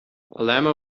alamo